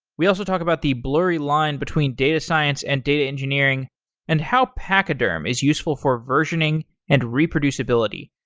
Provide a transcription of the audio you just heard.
we also talked about the blurry line between data science and data engineering and how pachyderm is useful for versioning and reproducibility.